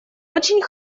очень